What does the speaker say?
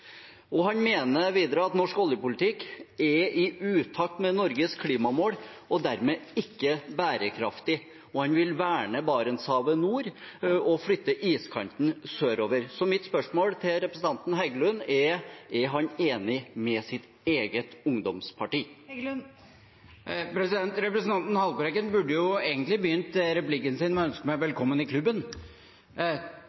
Han mener videre at norsk oljepolitikk er i utakt med Norges klimamål, og dermed ikke bærekraftig, og han vil verne Barentshavet Nord og flytte iskanten sørover. Mitt spørsmål til representanten Heggelund er: Er han enig med sitt eget ungdomsparti? Representanten Haltbrekken burde egentlig begynt replikken sin med å ønske meg